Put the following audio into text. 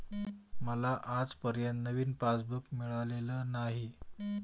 मला अजूनपर्यंत नवीन पासबुक मिळालेलं नाही